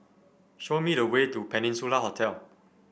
show me the way to Peninsula Hotel